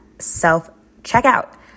self-checkout